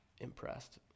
impressed